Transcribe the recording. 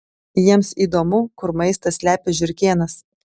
jiems įdomu kur maistą slepia žiurkėnas